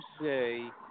say –